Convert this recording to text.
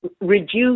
reduce